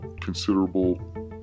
considerable